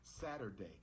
Saturday